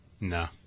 No